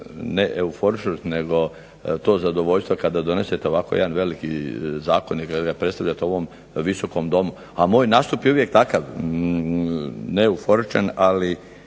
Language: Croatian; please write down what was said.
ne euforično, nego to zadovoljstvo kada donesete ovako jedan veliki zakon i kad ga predstavljate u ovom Visokom domu. A moj nastup je uvijek takav, ne euforičan ali